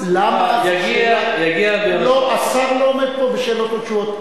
השר לא עומד פה בשאלות ותשובות.